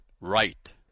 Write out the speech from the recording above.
right